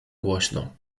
głośno